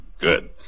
good